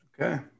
Okay